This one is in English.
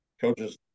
coaches